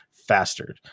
faster